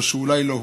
או שאולי לא הופקו.